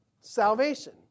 salvation